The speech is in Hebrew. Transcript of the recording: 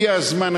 הגיע הזמן,